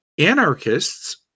Anarchists